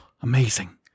amazing